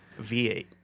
V8